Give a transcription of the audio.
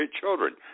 children